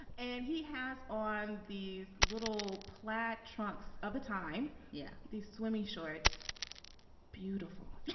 and he has on these little plaid trunks of the time. yeah, these swimming shorts beautiful.